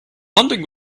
hunting